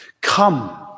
Come